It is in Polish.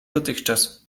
dotychczas